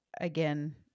again